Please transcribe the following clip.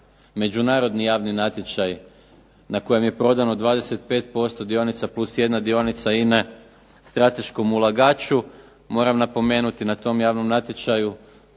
međunarodni javni natječaj na kojem je prodano 25% dionica, plus jedna dionica INA-e strateškom ulagaču. Moram napomenuti na tom javnom natječaju